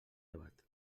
debat